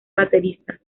baterista